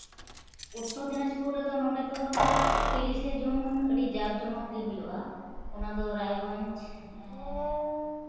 ᱩᱛᱛᱚᱨ ᱫᱤᱱᱟᱡᱽᱯᱩᱨ ᱨᱮᱫᱚ ᱱᱚᱰᱮ ᱫᱚ ᱛᱤᱨᱤᱥᱮ ᱡᱩᱱ ᱟᱹᱰᱤ ᱡᱟᱠ ᱡᱚᱢᱚᱠ ᱜᱮ ᱦᱩᱭᱩᱜᱼᱟ ᱚᱱᱟᱫᱚ ᱨᱟᱭᱜᱚᱸᱡᱽ